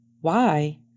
Why